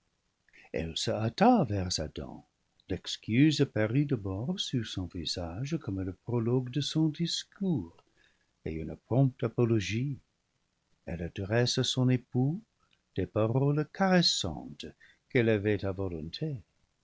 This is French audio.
vers livre ix adam l'excuse parut d'abord sur son visage comme le prologue de son discours et une prompte apologie elle adresse à son époux des paroles caressantes qu'elle avait à volonté